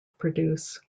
produce